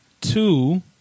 two